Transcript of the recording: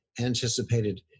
anticipated